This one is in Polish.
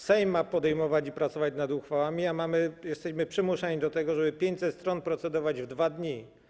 Sejm ma podejmować prace i pracować nad ustawami, a jesteśmy przymuszeni do tego, żeby 500 stron procedować w 2 dni.